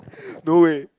no way